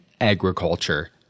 agriculture